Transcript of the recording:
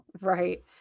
right